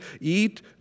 Eat